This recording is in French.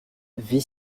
vit